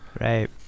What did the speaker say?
Right